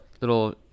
little